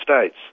States